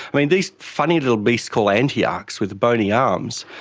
i mean, these funny little beasts called antiarchs with the bony arms,